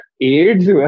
AIDS